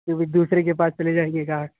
تو پھر دوسرے کے پاس چلے جائیں گے گاہک